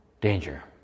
Danger